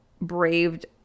braved